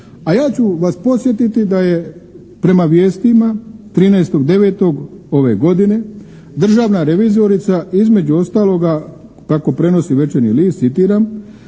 a ja ću vas podsjetiti da je prema vijestima 13.9. ove godine državna revizorica između ostaloga, tako prenosi "Večernji list", citiram,